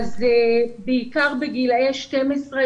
בעיקר בגילי 12,